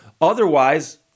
Otherwise